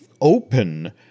open